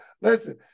Listen